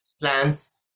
plants